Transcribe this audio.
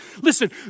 Listen